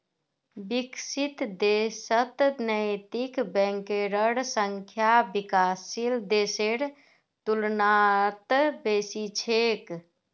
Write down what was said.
विकसित देशत नैतिक बैंकेर संख्या विकासशील देशेर तुलनात बेसी छेक